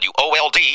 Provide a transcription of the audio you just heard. WOLD